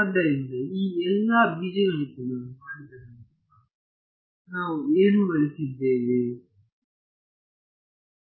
ಆದ್ದರಿಂದ ಈ ಎಲ್ಲಾ ಬೀಜಗಣಿತದ ಮಾಡಿದ ನಂತರ ನಾವು ಏನು ಗಳಿಸಿದ್ದೇವೆ